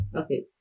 Okay